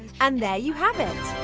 and there you have it!